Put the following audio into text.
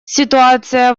ситуация